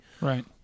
Right